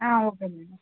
okay madam